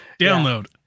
download